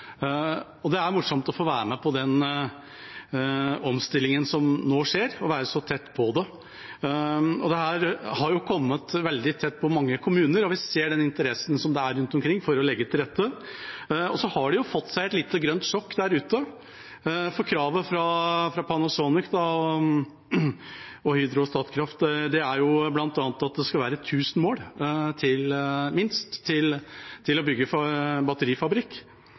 og det er morsomt å få være med på den omstillingen som nå skjer, å være så tett på det. Dette har kommet veldig tett på mange kommuner, og vi ser den interessen som det er rundt omkring for å legge til rette. Så har de jo fått seg et lite, grønt sjokk der ute, for kravet fra Panasonic, Hydro og Statkraft er bl.a. at det skal minst 1 000 mål til for å bygge batterifabrikk.